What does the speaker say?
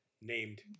named